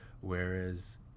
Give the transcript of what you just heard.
whereas